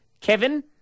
Kevin